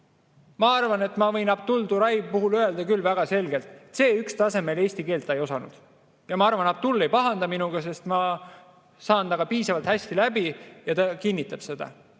Ma arvan, et ma võin Abdul Turay kohta küll väga selgelt öelda, et C1-tasemel eesti keelt ta ei osanud, ja ma arvan, et Abdul ei pahanda minuga, sest ma saan temaga piisavalt hästi läbi ja ta kinnitab seda.